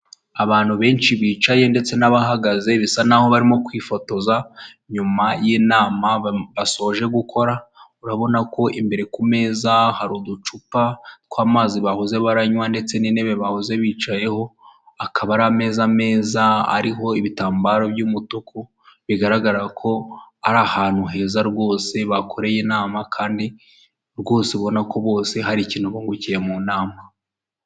Abantu benshi bicaye ndetse n'abahagaze bisa naho barimo kwifotoza, nyuma yin'inama basoje gukora, urabona ko imbere ku meza hari uducupa tw'amazi bahoze baranywa, ndetse n'intebe bahoze bicayeho hakaba hari ameza meza ariho ibitambaro by'umutuku bigaragara ko ari ahantu heza rwose bakoreye inama kandi rwose ubona ko bose hari ikintu bungukiye mu nama.